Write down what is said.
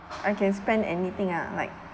I can spend anything ah like